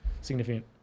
significant